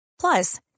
Plus